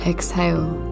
Exhale